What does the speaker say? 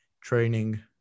training